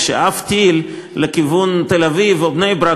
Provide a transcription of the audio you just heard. כשעף טיל לכיוון תל-אביב או בני-ברק,